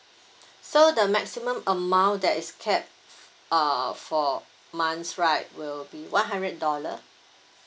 so the maximum amount that is capped err for months right will be one hundred dollar